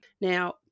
Now